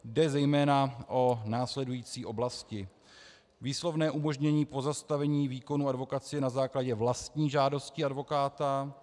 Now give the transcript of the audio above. Jde zejména o následující oblasti: Výslovné umožnění pozastavení výkonu advokacie na základě vlastní žádosti advokáta.